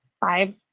five